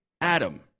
adam